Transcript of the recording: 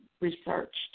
researched